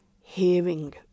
hearing